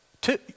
Two